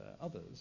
others